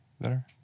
better